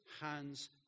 hands